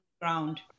ground